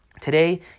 Today